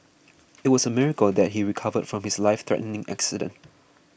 it was a miracle that he recovered from his life threatening accident